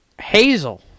hazel